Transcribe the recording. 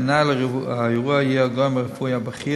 מנהל האירוע יהיה הגורם הרפואי הבכיר